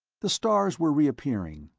the stars were reappearing,